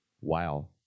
Wow